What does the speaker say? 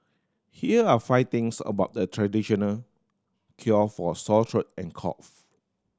here are five things about the traditional cure for sore throat and cough